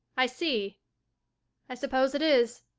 i see i suppose it is.